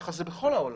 כך זה בכל העולם.